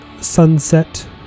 Sunset